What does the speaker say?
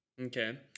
Okay